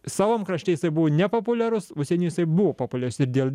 savam krašte jisai buvo nepopuliarus užsieny jisai buvo populiarus ir dėl